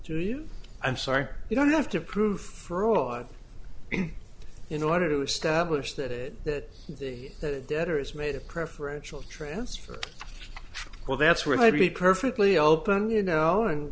to you i'm sorry you don't have to prove fraud in order to establish that it that the the debtor is made a preferential transfer well that's where i'd be perfectly open you know and